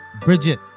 Bridget